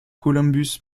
columbus